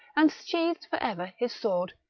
and sheathed for ever his sword,